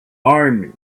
army